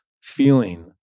feeling